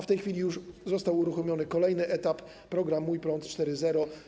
W tej chwili jest już uruchomiony kolejny etap programu ˝Mój prąd˝ 4.0.